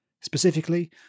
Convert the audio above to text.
Specifically